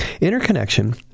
interconnection